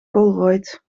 colruyt